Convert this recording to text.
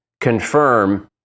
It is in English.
confirm